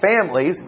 families